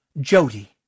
Jody